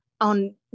on